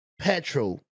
petrol